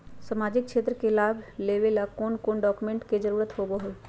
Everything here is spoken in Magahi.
सामाजिक क्षेत्र के लाभ लेबे ला कौन कौन डाक्यूमेंट्स के जरुरत होबो होई?